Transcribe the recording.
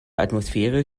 atmosphäre